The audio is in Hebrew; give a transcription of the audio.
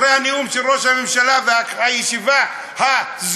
אחרי הנאום של ראש הממשלה והישיבה הסגורה